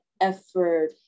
effort